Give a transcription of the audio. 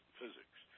physics